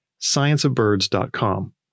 scienceofbirds.com